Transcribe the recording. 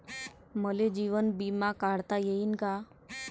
मले जीवन बिमा काढता येईन का?